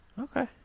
Okay